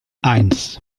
eins